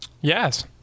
Yes